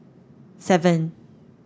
seven